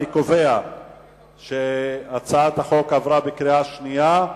אני קובע שהצעת החוק עברה בקריאה שנייה.